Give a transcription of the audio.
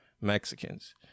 Mexicans